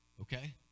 okay